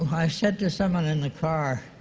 i said to someone in the car,